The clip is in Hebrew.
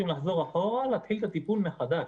לחזור אחורה ולהתחיל את הטיפול מחדש.